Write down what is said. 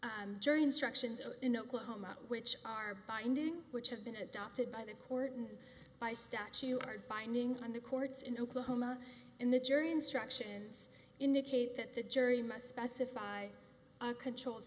jury instructions in oklahoma which are binding which have been adopted by the court and by statue are binding on the courts in oklahoma and the jury instructions indicate that the jury must specify a controlled